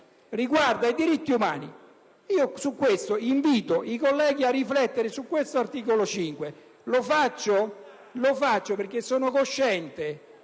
riguardano i diritti umani. Invito i colleghi a riflettere sull'articolo 5. Lo faccio perché sono cosciente,